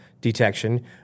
detection